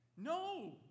No